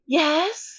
yes